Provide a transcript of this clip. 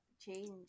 change